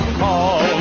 call